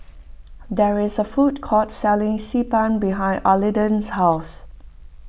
there is a food court selling Xi Ban behind Arlington's house